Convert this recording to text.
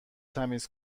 تمیز